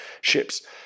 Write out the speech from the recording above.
ships